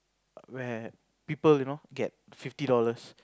where people you know get fifty dollars